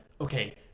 okay